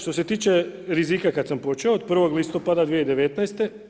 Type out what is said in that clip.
Što se tiče rizika, kada sam počeo od 1. listopada 2019.